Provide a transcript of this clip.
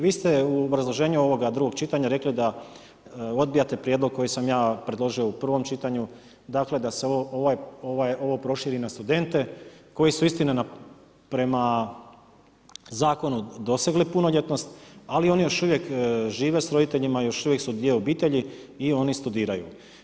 Vi ste u obrazloženju drugog čitanja rekli da odbijate prijedlog koji sam ja predložio u prvom čitanju, dakle da se ovo proširi na studente, koji su istina prema zakonu dosegli punoljetnost, ali oni još uvijek žive s roditeljima, još uvijek su dio obitelji i oni studiraju.